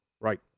Right